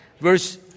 Verse